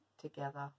together